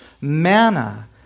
manna